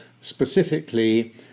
specifically